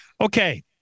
Okay